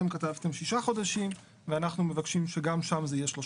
אם כתבתם 6 חודשים ואנחנו מבקשים שגם שם זה יהיה 3 חודשים.